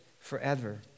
forever